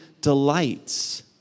delights